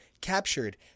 captured